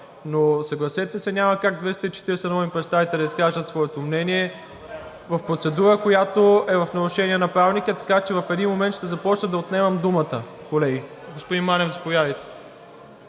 Но съгласете се, няма как 240 народни представители да изкажат своето мнение в процедура, която е в нарушение на Правилника. Така че в един момент ще започна да отнемам думата, колеги. Господин Манев, заповядайте.